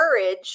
courage